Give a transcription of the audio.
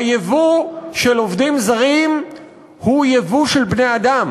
הייבוא של עובדים זרים הוא ייבוא של בני-אדם.